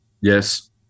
Yes